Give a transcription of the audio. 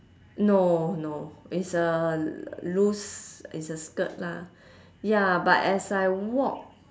no no it's a loose it's a skirt lah ya but as I walk